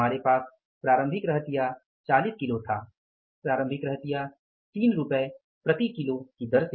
हमारे पास प्रारंभिक रहतिया 40 किलो था प्रारंभिक रहतिया 3 रुपये प्रति किलो की दर से